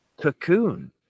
cocoon